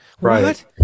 right